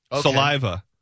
saliva